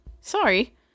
Sorry